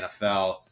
NFL